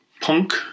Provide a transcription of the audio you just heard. punk